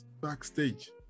backstage